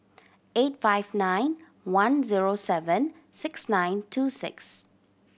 eight five nine one zero seven six nine two six